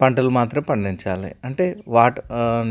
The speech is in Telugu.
పంటలు మాత్రం పండించాలి అంటే వాట్